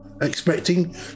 expecting